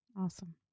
awesome